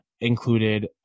included